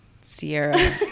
sierra